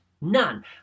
none